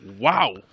wow